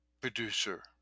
producer